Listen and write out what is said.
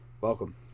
welcome